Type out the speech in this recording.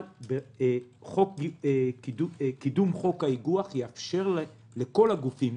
אבל קידום חוק האיגוח יאפשר לכל הגופים,